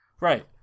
Right